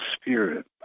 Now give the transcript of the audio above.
spirit